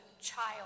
child